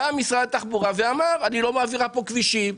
בא משרד התחבורה ואמר: אני לא מעבירה פה כבישים,